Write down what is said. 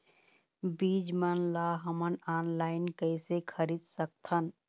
बीज मन ला हमन ऑनलाइन कइसे खरीद सकथन?